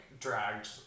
dragged